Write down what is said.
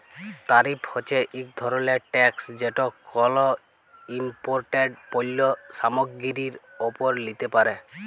তারিফ হছে ইক ধরলের ট্যাকস যেট কল ইমপোর্টেড পল্য সামগ্গিরির উপর লিতে পারে